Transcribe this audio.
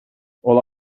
all